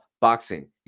boxing